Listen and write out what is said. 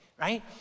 right